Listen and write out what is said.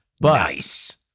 Nice